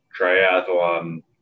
triathlon